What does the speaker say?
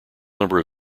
number